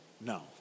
No